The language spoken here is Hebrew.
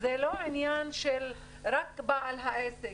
זה לא רק עניין של בעל העסק,